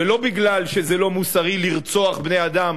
ולא מפני שזה לא מוסרי לרצוח בני-אדם,